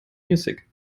music